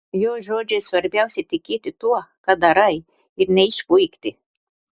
jo žodžiais svarbiausia tikėti tuo ką darai ir neišpuikti